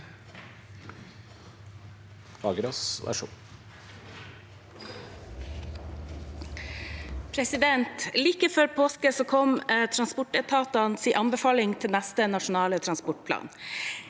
Like før påske kom transportetatenes anbefaling til neste nasjonale transportplan.